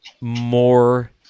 more